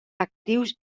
actius